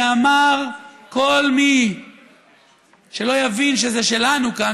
שאמר: כל מי שלא יבין שזה שלנו כאן,